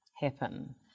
happen